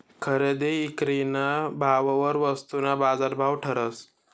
खरेदी ईक्रीना भाववर वस्तूना बाजारभाव ठरस